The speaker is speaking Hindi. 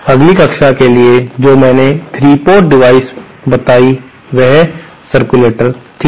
अगली कक्षा के लिए जो मैंने 3 पोर्ट डिवाइस बताई वह सर्कुलेटर्स थीं